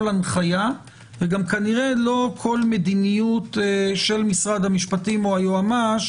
הנחיה וכנראה כל מדיניות של משרד המשפטים או יועמ"ש,